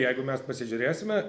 jeigu mes pasižiūrėsime